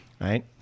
right